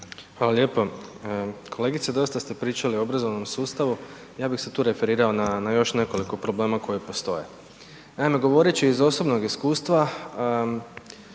Hvala lijepo. Kolegice dosta ste pričali o obrazovnom sustavu, ja bih se tu referirao na još nekoliko problema koji postoje. Naime, govoreći iz osobnog iskustva